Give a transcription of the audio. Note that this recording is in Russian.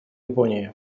японии